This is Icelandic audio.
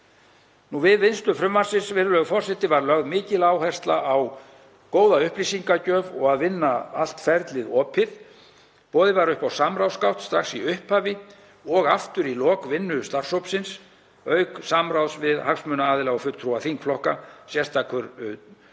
Við vinnslu frumvarpsins, virðulegur forseti, var lögð mikil áhersla á góða upplýsingagjöf og að vinna allt ferlið opið. Boðið var upp á samráðsgátt strax í upphafi og aftur í lok vinnu starfshópsins, auk samráðs við hagsmunaaðila og fulltrúa þingflokka. Sérstakur